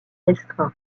restreint